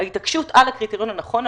ההתעקשות על הקריטריון הנכון,